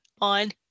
on